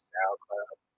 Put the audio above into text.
SoundCloud